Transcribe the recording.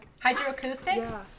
hydroacoustics